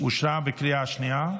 אושרה בקריאה שנייה.